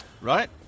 Right